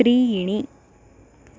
त्रीणि